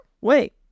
wait